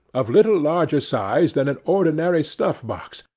of little larger size than an ordinary snuff-box,